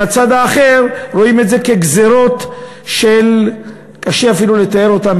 מהצד האחר רואים את זה כגזירות שקשה אפילו לתאר אותן,